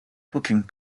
cooking